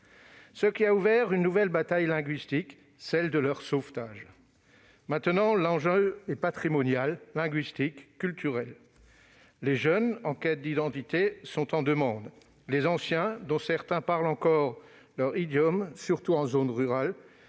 Cela a ouvert une nouvelle bataille linguistique : celle de leur sauvetage. Maintenant, l'enjeu est patrimonial, linguistique, culturel. Les jeunes en quête d'identité sont en demande ; les anciens, dont certains parlent encore leur idiome, surtout en zone rurale,